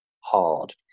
hard